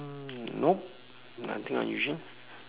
nope nothing unusual